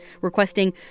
requesting